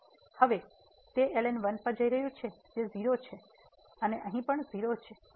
તેથી હવે તે ln1 પર જઈ રહ્યું છે જે 0 છે અને અહીં પણ 0 છે